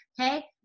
okay